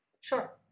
sure